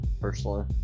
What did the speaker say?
personally